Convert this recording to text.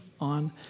on